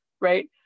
right